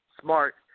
smart